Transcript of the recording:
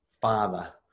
father